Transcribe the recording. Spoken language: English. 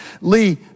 Lee